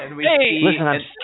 Hey